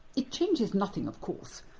it changes nothing, of course.